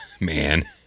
man